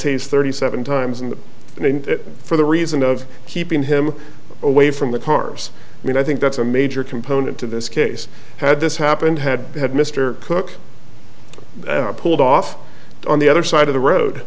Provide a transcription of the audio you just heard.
a thirty seven times and for the reason of keeping him away from the cars i mean i think that's a major component to this case had this happened had had mr cooke pulled off on the other side of the road